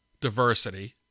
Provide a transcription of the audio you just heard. diversity